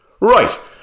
Right